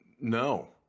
no